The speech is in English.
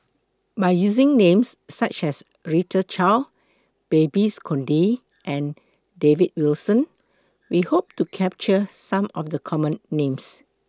By using Names such as Rita Chao Babes Conde and David Wilson We Hope to capture Some of The Common Names